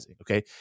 okay